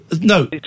No